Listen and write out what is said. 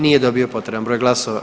Nije dobio potreban broj glasova.